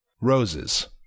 Roses